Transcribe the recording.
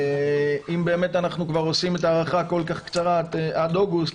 ואם באמת אנחנו כבר עושים הארכה כל כך קצרה עד אוגוסט,